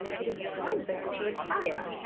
it is time for him to retire.